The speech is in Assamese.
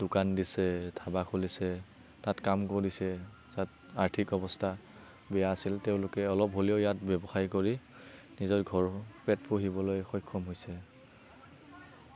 দোকান দিছে ধাবা খুলিছে তাত কাম কৰিব দিছে তাত আৰ্থিক অৱস্থা বেয়া আছিলে তেওঁলোকে অলপ হ'লেও ইয়াত ব্যৱসায় কৰি নিজৰ ঘৰৰ পেট পুহিবলৈ সক্ষম হৈছে